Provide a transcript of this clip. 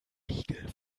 riegel